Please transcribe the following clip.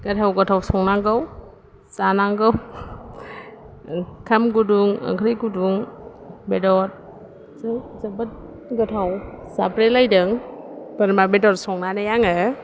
गोथाव गोथाव संनांगौ जानांगौ ओंखाम गुदुं ओंख्रै गुदुं बेदर जोबोद गोथाव जाब्रेलायदों बोरमा बेदर संनानै आङो